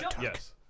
Yes